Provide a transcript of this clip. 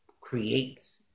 creates